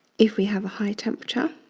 if we have a high temperature,